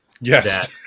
Yes